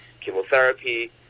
chemotherapy